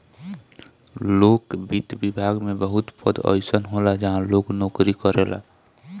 लोक वित्त विभाग में बहुत पद अइसन होला जहाँ लोग नोकरी करेला